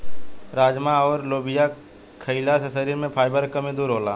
राजमा अउर लोबिया खईला से शरीर में फाइबर के कमी दूर होला